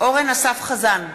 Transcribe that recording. אורן אסף חזן,